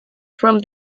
from